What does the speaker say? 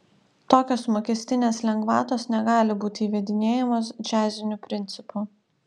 tokios mokestinės lengvatos negali būti įvedinėjamos džiaziniu principu